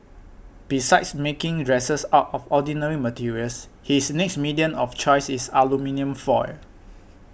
besides making dresses out of ordinary materials his next medium of choice is aluminium foil